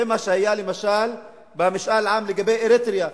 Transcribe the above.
זה מה שהיה, למשל, במשאל העם לגבי אריתריאה.